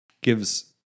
gives